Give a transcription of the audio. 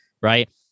right